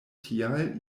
tial